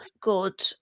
good